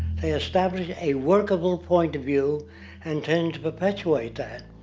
they established a workable point of view and tend to perpetuate that.